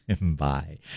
Bye